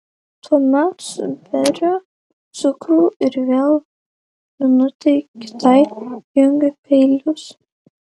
tuomet suberiu cukrų ir vėl minutei kitai jungiu peilius